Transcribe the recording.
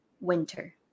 winter